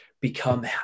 become